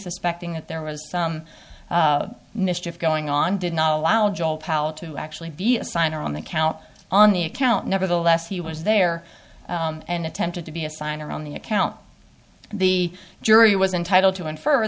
suspecting that there was some mischief going on did not allow joe pallot to actually be a signer on the count on the account nevertheless he was there and attempted to be a sign around the account and the jury was entitled to infer